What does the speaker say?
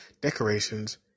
decorations